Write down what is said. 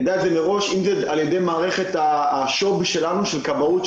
אם על ידי מערכת השו"ב שלנו בכבאות,